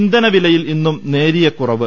ഇന്ധനവിലയിൽ ഇന്നും നേരിയ കുറവ്